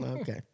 Okay